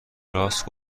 راست